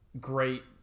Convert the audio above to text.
great